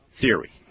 theory